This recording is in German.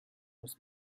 muss